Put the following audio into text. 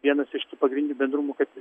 vienas iš tų pagrindinių bendrumų kad